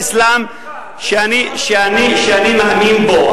זה האסלאם שאני מאמין בו.